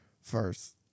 first